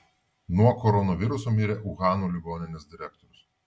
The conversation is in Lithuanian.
nuo koronaviruso mirė uhano ligoninės direktorius